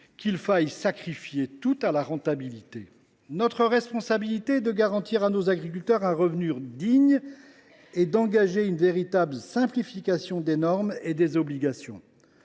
qu’il faille sacrifier tout à la rentabilité. Notre responsabilité est de garantir à nos agriculteurs un revenu digne et d’engager une véritable simplification des normes et des obligations.